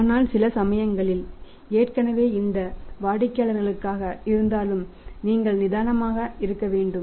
ஆனால் சில சமயங்களில் ஏற்கனவே இருந்த வாடிக்கையாளராக இருந்தாலும் நீங்கள் நிதானமாக இருக்க வேண்டும்